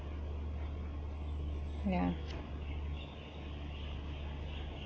ya